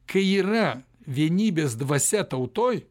kai yra vienybės dvasia tautoj